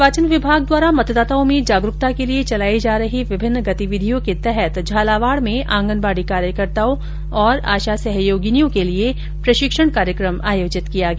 निर्वाचन विभाग द्वारा मतदाताओं में जागरूकता के लिये चलाई जा रही विभिन्न गतिविधियों के तहत झालावाड में आंगनबाडी कार्यकर्ताओं और आशा सहयोगिनियों के लिये प्रशिक्षण कार्यक्रम आयोजित किया गया